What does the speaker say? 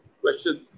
question